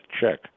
check